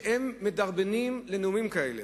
והם מדרבנים לנאומים כאלה.